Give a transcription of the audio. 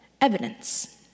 evidence